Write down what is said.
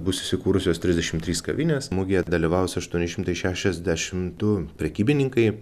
bus įsikūrusios trisdešimt trys kavinės mugė dalyvaus aštuoni šimtai šešiasdešimt du prekybininkai